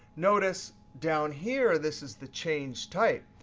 notice down here, this is the changed type,